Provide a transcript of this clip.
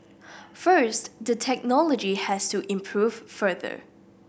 first the technology has to improve further